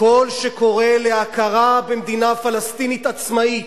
קול שקורא להכרה במדינה פלסטינית עצמאית.